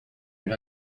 and